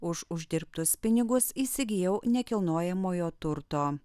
už uždirbtus pinigus įsigijau nekilnojamojo turto